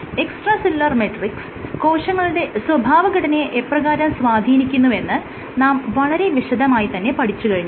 extra cellular matrix കോശങ്ങളുടെ സ്വഭാവഘടനയെ എപ്രകാരം സ്വാധീനിക്കുന്നു എന്ന് നാം വളരെ വിശദമായി തന്നെ പഠിച്ച് കഴിഞ്ഞു